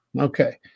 Okay